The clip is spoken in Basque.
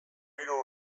hiru